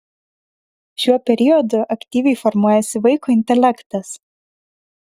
šiuo periodu aktyviai formuojasi vaiko intelektas